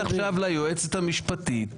אני נותן עכשיו ליועצת המשפטית